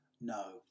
no